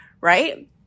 right